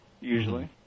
usually